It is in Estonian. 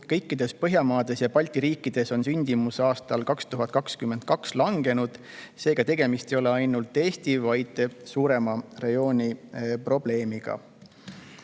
Kõikides Põhjamaades ja Balti riikides on sündimus aastal 2022 langenud. Seega, tegemist ei ole ainult Eesti, vaid suurema rajooni probleemiga.